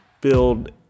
build